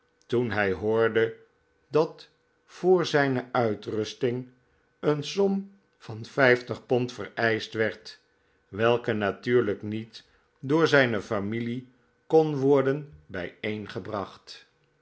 toen hij hoorde dat voor zijne intrusting een som van vijftig pond vereischt werd welke natuurlijk niet door zijne familie kon worden